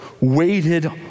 waited